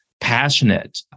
passionate